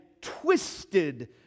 twisted